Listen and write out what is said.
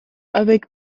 avec